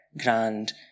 grand